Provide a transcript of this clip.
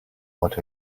what